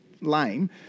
lame